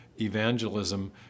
evangelism